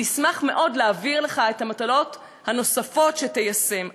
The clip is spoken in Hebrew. נשמח מאוד להעביר לך את המטלות הנוספות שתיישם.